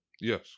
Yes